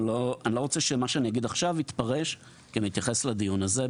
אני לא רוצה שמה שאני אגיד עכשיו יתפרש כמתייחס לדיון הזה,